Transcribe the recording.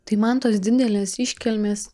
tai man tos didelės iškilmės